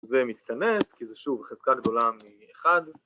זה מתכנס כי זה שוב חזקה גדולה מאחד